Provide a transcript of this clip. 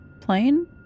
plane